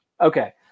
Okay